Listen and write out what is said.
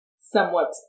somewhat